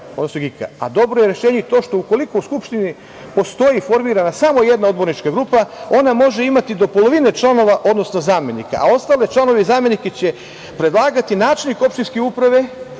…Dobro je rešenje i to što ukoliko u skupštini postoji formirana samo jedna odbornička grupa ona može imati do polovine članova, odnosno zamenika, a ostale članove i zamenike će predlagati načelnik opštinske uprave